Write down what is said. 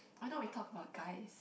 why don't we talk about guys